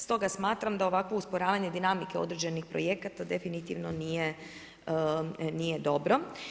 Stoga smatram da ovakvo usporavanje dinamike određenih projekata definitivno nije dobro.